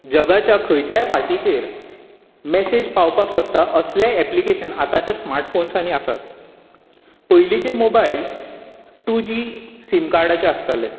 जगाच्या खंयच्याय फाटीचेर मॅसेज पावपाक शकता असले एप्लीकेशन आतांच्या स्मार्टफोनसांनी आसात पयलींचे मोबायल टू जी सीम कार्डाचे आसताले